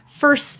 first